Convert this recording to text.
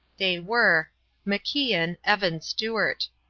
they were macian, evan stuart.